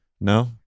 No